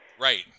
Right